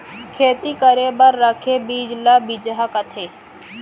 खेती करे बर रखे बीज ल बिजहा कथें